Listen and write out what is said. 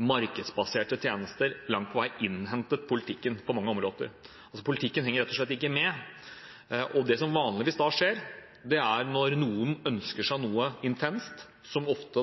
markedsbaserte tjenester langt på vei innhentet politikken. Politikken henger rett og slett ikke med, og det som vanligvis da skjer, er at når noen ønsker seg noe intenst – som ofte